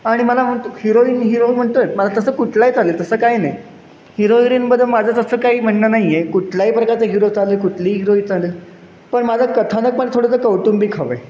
आणि मला म्हणतो हिरोईन हिरो म्हणतो आहे मला तसं कुठलाही चालेल तसं काय नाही हिरो हिरोईनबद्दल माझं तसं काही म्हणणं नाही आहे कुठलाही प्रकारचं हिरो चालेल कुठलीही हिरोई चालेल पण माझं कथानक मला थोडंसं कौटुंबिक हवं आहे